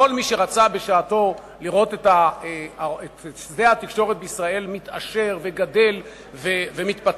כל מי שרצה בשעתו לראות את שדה התקשורת בישראל מתעשר וגדל ומתפתח,